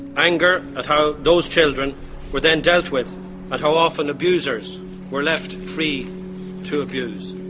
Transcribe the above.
anger at how those children were then dealt with and how often abusers were left free to abuse.